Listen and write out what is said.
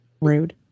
rude